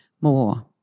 more